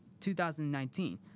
2019